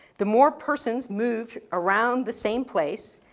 the more persons moved around the same place,